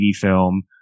film